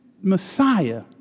Messiah